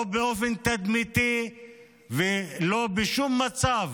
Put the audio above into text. לא באופן תדמיתי ולא בשום מצב